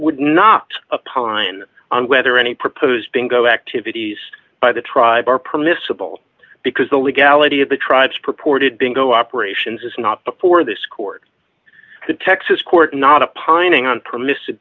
would not a pine whether any proposed bingo activities by the tribe are permissible because the legality of the tribes purported bingo operations is not before this court the texas court not a pining on permissi